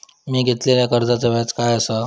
मी घेतलाल्या कर्जाचा व्याज काय आसा?